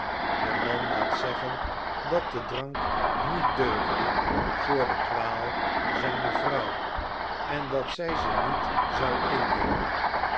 de man laat zeggen dat de drank niet deugde voor de kwaal zijner vrouw en dat zij ze niet zou innemen